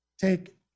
take